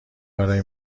برای